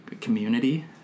community